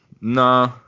nah